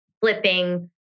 flipping